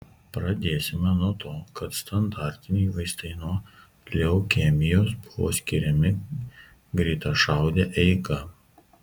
pradėsime nuo to kad standartiniai vaistai nuo leukemijos buvo skiriami greitašaude eiga